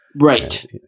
Right